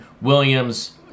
Williams